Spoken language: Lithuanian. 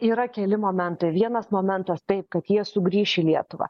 yra keli momentai vienas momentas taip kad jie sugrįš į lietuvą